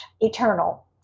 eternal